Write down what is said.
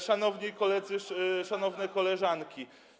szanowni koledzy, szanowne koleżanki.